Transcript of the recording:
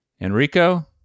Enrico